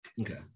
Okay